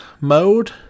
mode